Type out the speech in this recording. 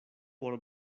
por